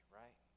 right